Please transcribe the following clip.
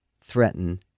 threaten